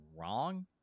wrong